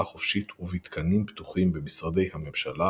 חופשית ובתקנים פתוחים במשרדי הממשלה,